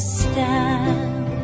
stand